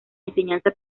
enseñanza